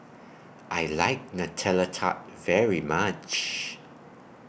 I like Nutella Tart very much